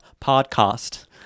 podcast